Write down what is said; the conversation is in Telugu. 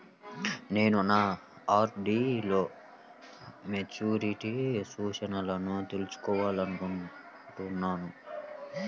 నేను నా ఆర్.డీ లో మెచ్యూరిటీ సూచనలను తెలుసుకోవాలనుకుంటున్నాను